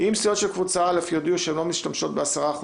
אם סיעות של קבוצה א' יודיעו שהן לא משתמשות ב-10%,